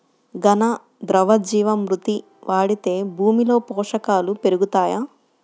ఘన, ద్రవ జీవా మృతి వాడితే భూమిలో పోషకాలు పెరుగుతాయా?